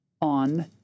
on